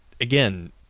again